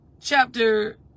chapter